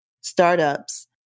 startups